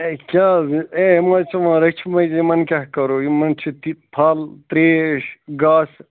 ہے کیٛاہ حظ اے یِم حظ چھِ وۅنۍ رٔچھمٕتۍ یِمَن کیٛاہ کَرو یِمَن چھِ دِنۍ پھل ترٛیش گاسہٕ